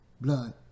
blood